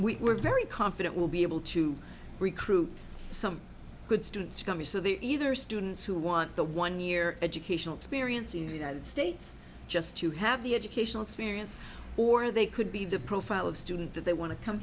program we're very confident we'll be able to recruit some good students coming to the either students who want the one year educational experience in the united states just to have the educational experience or they could be the profile of student that they want to come